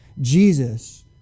Jesus